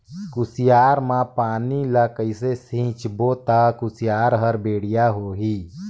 कुसियार मा पानी ला कइसे सिंचबो ता कुसियार हर बेडिया होही?